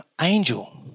angel